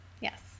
Yes